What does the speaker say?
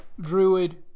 Druid